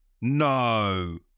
No